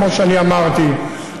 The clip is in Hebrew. כמו שאמרתי,